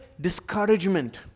discouragement